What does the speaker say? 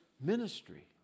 ministry